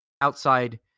outside